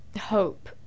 Hope